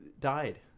died